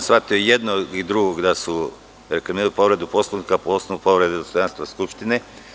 Shvatio sam i jednog i drugog da su reklamirali povredu Poslovnika, a po osnovu povrede dostojanstva Skupštine.